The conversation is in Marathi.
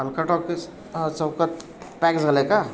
अलका टाॅकीज चौकात पॅक झालं आहे का